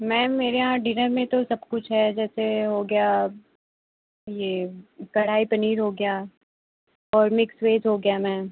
ma'am मेरे यहाँ dinner में तो सब कुछ है जैसे हो गया ये कढ़ाई पनीर हो गया और मिक्स वेज हो गया मैम